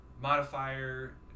modifier